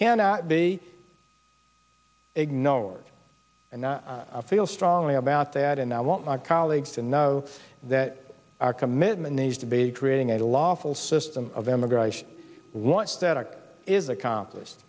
cannot be ignored and i feel strongly about that and i want my colleagues to know that our commitment needs to be creating a lawful system of immigration once that it is accomplished